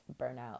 burnout